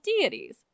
deities